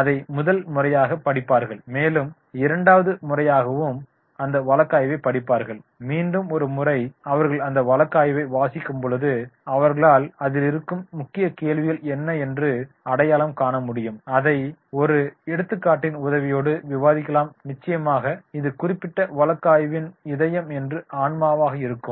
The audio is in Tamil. அதை முதல் முறையாக படிப்பார்கள் மேலும் இரண்டாவது முறையாகவும் அந்த வழக்காய்வைப் படிப்பார்கள் மீண்டும் ஒரு முறை அவர்கள் அந்த வழக்காய்வை வாசிக்கும்பொழுது அவர்களால் அதிலிருக்கும் முக்கிய கேள்விகள் என்ன என்று அடையாளம் காண முடியும் மேலும் அதை ஒரு எடுத்துக்காட்டின் உதவியோடு விவாதிக்கலாம் நிச்சயமாக அது குறிப்பிட்ட வழக்கு ஆய்வின் இதயம் அல்லது ஆன்மாவாக இருக்கும்